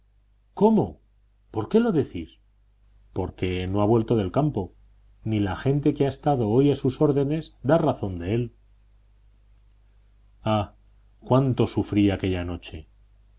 cómo por qué lo decís porque no ha vuelto del campo ni la gente que ha estado hoy a sus órdenes da razón de él ah cuánto sufrí aquella noche